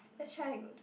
let's try